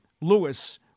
Lewis